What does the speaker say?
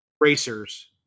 Racers